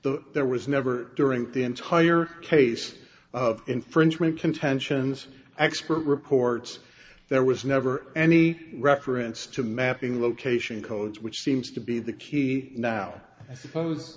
the there was never during the entire case of infringement contentions expert reports there was never any reference to mapping location codes which seems to be the key now i suppose